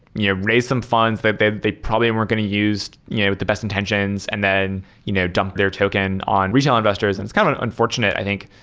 yeah raised some funds that they that they probably weren't going to use yeah with the best intensions and then you know dump their token on regional investors and it's kind of unfortunate, i think.